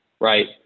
right